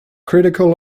critical